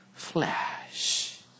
Flash